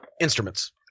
instruments